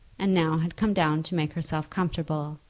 and now had come down to make herself comfortable.